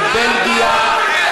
מבלגיה,